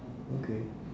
okay